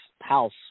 house